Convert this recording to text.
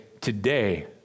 today